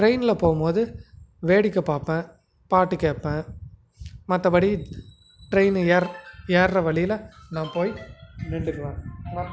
ட்ரெயின்ல போகும்போது வேடிக்கை பார்ப்பன் பாட்டு கேட்பன் மற்றபடி ட்ரெயின் ஏற ஏற்ர வழியில் நான் போய் நின்னுக்குவேன் நான்